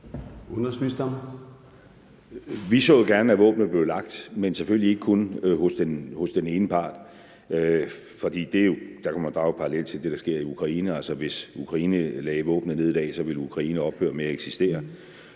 Vi så jo gerne, at våbnene blev lagt ned, men selvfølgelig ikke kun hos den ene part, for der kunne man jo drage en parallel til det, der sker i Ukraine. Altså, hvis Ukraine lagde våbnene ned i dag, ville Ukraine ophøre med at eksistere,